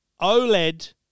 OLED